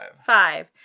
Five